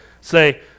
say